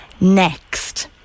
next